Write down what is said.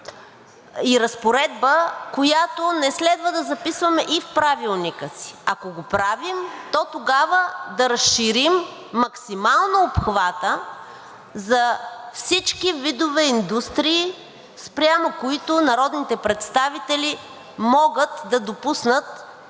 и разпоредба, която не следва да записваме и в Правилника си. Ако го правим, то тогава да разширим максимално обхвата за всички видове индустрии, спрямо които народните представители могат да допуснат